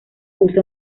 usa